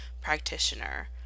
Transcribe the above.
practitioner